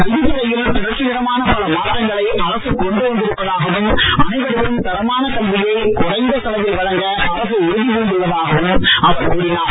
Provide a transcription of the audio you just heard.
கல்வித் துறையில் புரட்சிகரமான பல மாற்றங்களை அரசு கொண்டு வந்திருப்பதாகவும் அனைவருக்கும் தரமான கல்வியை குறைந்த செலவில் வழங்க அரசு உறுதி புண்டுள்ளதாகவும் அவர் கூறினார்